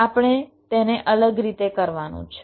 આપણે તેને અલગ રીતે કરવાનું છે